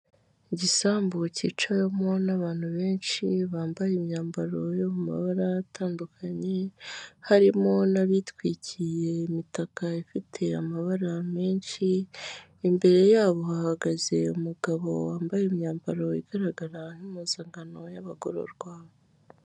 Igisambu cyicawemo n'abantu benshi bambaye imyambaro yo mumabara atandukanye, harimo n'abitwikiye imitaka ifite amabara menshi, imbere yabo hahagaze umugabo wambaye imyambaro igaragara nk'impuzankano y'abagororwa.